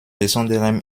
besonderem